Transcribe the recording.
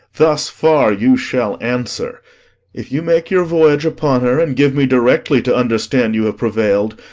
thus far you shall answer if you make your voyage upon her, and give me directly to understand you have prevail'd,